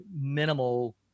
minimal